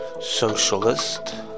socialist